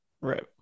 right